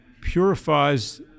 purifies